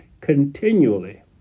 continually